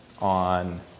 on